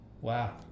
wow